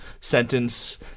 sentence